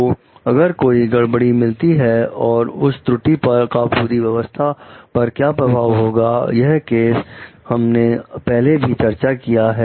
तो अगर कोई गड़बड़ी मिलती है तो उस त्रुटि का पूरी व्यवस्था पर क्या प्रभाव होगा यह केस हमने पहले भी चर्चा किया है